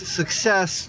success